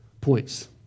points